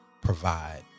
provide